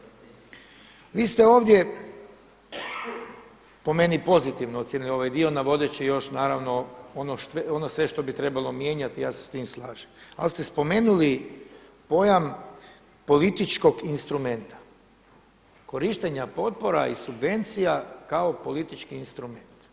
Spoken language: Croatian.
Vi ste ovdje po meni pozitivno ocijenili ovaj dio navodeći još naravno ono sve što bi trebalo mijenjati, ja se s tim slažem, ali ste spomenuli pojam političkog instrumenta, korištenja potpora i subvencija kao politički instrument.